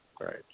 Right